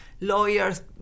Lawyers